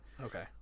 Okay